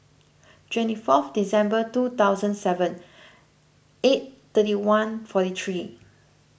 twenty fourth December two thousand seven eight thirty one forty three